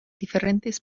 diferentes